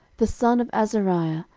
the son of azariah,